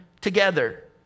together